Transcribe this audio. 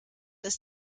ist